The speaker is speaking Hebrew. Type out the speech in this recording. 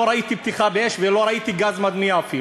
לא ראיתי פתיחה באש ולא ראיתי אפילו גז מדמיע.